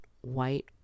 white